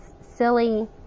silly